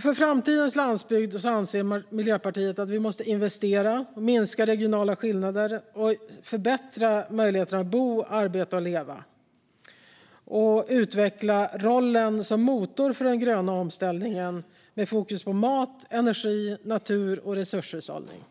För framtidens landsbygd anser Miljöpartiet att vi måste investera för att minska regionala skillnader och förbättra möjligheterna att bo, arbeta och leva utveckla landsbygdens roll som motor för den gröna omställningen, med fokus på mat, energi, natur och resurshushållning